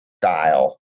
style